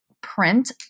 print